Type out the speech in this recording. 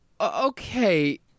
okay